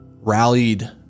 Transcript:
rallied